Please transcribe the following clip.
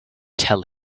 tell